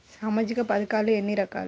సామాజిక పథకాలు ఎన్ని రకాలు?